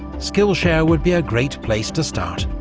skillshare would be a great place to start,